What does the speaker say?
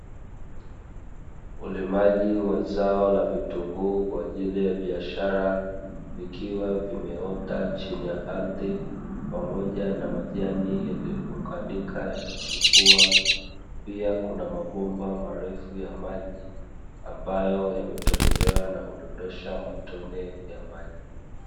Ulimaji wa zao la vitunguu kwaajili ya biashara vikiwa vimeota chini ya ardhi, pamoja na majani yaliyounganika yakichepua, pia kuna mabomba marefu ya maji ambayo yametobolewa na kudondosha matone ya maji.